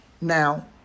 Now